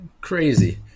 Crazy